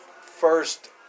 first